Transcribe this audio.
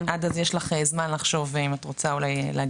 עד אז יש לך זמן לחשוב אם את רוצה להגיד